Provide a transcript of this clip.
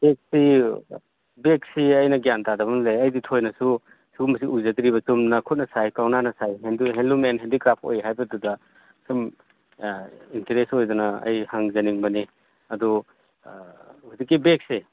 ꯕꯦꯒꯁꯤ ꯕꯦꯒꯁꯤ ꯑꯩꯅ ꯒ꯭ꯌꯥꯟ ꯇꯥꯗꯕ ꯑꯃ ꯂꯩ ꯑꯩꯗꯤ ꯊꯣꯏꯅꯁꯨ ꯁꯨꯒꯨꯝꯕꯁꯤ ꯎꯖꯗ꯭ꯔꯤꯕ ꯆꯨꯝꯅ ꯈꯨꯠꯅ ꯁꯥꯏ ꯀꯧꯅꯥꯅ ꯁꯥꯏ ꯍꯦꯟꯂꯨꯝ ꯑꯦꯟ ꯍꯦꯟꯗꯤꯀ꯭ꯔꯥꯐ ꯑꯣꯏ ꯍꯥꯏꯕꯗꯨꯗ ꯁꯨꯝ ꯏꯟꯇꯔꯦꯁ ꯑꯣꯏꯗꯅ ꯑꯩ ꯍꯪꯖꯅꯤꯡꯕꯅꯤ ꯑꯗꯣ ꯍꯧꯖꯤꯛꯀꯤ ꯕꯦꯒꯁꯦ